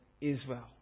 Israel